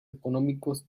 económicos